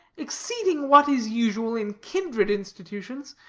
exceeding what is usual in kindred institutions,